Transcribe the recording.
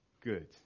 good